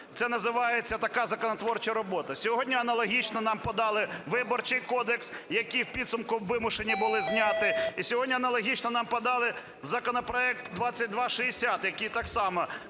це називається така законотворча робота. Сьогодні аналогічно нам подали Виборчий кодекс, який в підсумку вимушені були зняти. Сьогодні аналогічно нам подали законопроект 2260, який так само